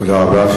תודה רבה.